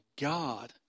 God